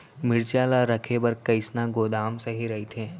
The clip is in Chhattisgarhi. मिरचा ला रखे बर कईसना गोदाम सही रइथे?